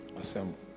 assemble